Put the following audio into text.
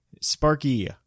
Sparky